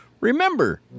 remember